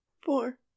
Four